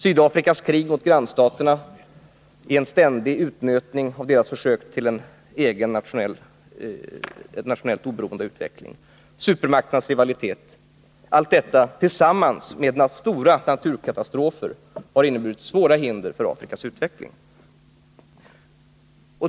Sydafrikas krig mot grannstaterna innebär en ständig utnötning i deras försök till en nationellt oberoende utveckling. Detta tillsammans med supermakternas rivalitet och stora naturkatastrofer har inneburit stora hinder för Afrikas utveckling.